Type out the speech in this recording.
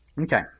Okay